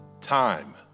Time